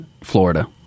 Florida